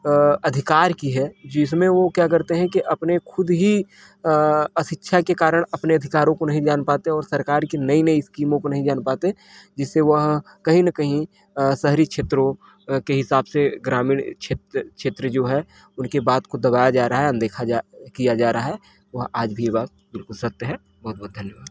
अ अधिकार की है जिसमें वो क्या करते हैं कि अपने खुद ही अ अशिक्षा के कारण अपने अधिकारों को नहीं जान पाते और सरकार की नई नई स्कीमों को नहीं जान पाते जिससे वह कहीं न कहीं अ शहरी क्षेत्रों के हिसाब से ग्रामीण क्षेत्र क्षेत्र जो है उनकी बात को दबाया जा रहा है अनदेखा किया जा रहा है वह आज भी वह बिलकुल सत्य है बहुत बहुत धन्यवाद